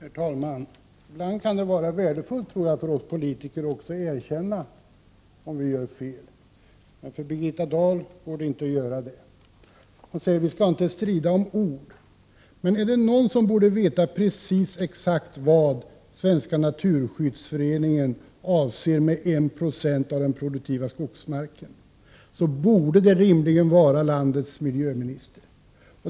Herr talman! Ibland kan det vara värdefullt, tror jag, för oss politiker att också erkänna om vi gör fel. Men för Birgitta Dahl går det inte att göra det. Hon säger: Vi skall inte strida om ord. Men är det någon som borde veta exakt vad Svenska naturskyddsföreningen avser med en procent av den produktiva skogsmarken, så skulle det rimligen vara landets miljöminister.